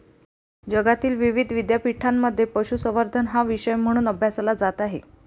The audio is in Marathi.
जगातील विविध विद्यापीठांमध्ये पशुसंवर्धन हा विषय म्हणून अभ्यासला जात आहे